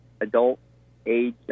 adult-age